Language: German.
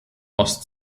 ost